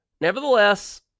nevertheless